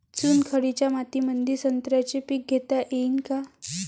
चुनखडीच्या मातीमंदी संत्र्याचे पीक घेता येईन का?